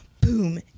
boom